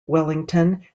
wellington